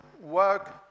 work